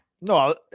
No